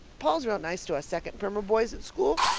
paul's real nice to us second primer boys in school.